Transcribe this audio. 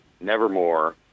Nevermore